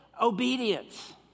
obedience